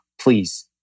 Please